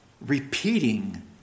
repeating